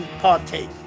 partake